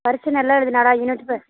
பரிட்சை நல்லா எழுதுனாலா யூனிட் பரிட்சை